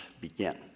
begin